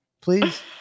please